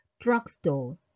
drugstore